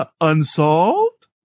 Unsolved